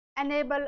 enable